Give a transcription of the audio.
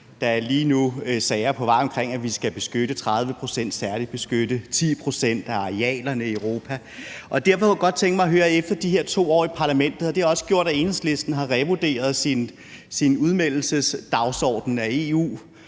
er lige nu sager på vej om, at vi skal beskytte 30 pct. og særlig beskytte 10 pct. af arealerne i Europa. Derfor kunne jeg godt tænke mig at høre, om de her 2 år i parlamentet har gjort, at Enhedslisten har revurderet sin dagsorden